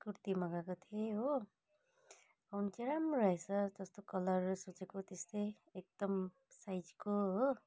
कुर्ती मगाएको थिएँ हो हुन चाहिँ राम्रो आएछ जस्तो कलर सोचेको त्यस्तै एकदम साइजको हो